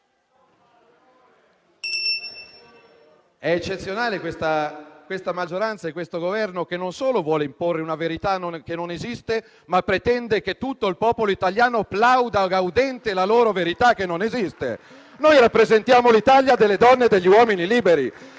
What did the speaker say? eccezionali questa maggioranza e questo Governo, che non solo vogliono imporre una verità che non esiste, ma pretendono anche che tutto il popolo italiano plauda gaudente la loro verità che non esiste. Noi rappresentiamo l'Italia delle donne e degli uomini liberi.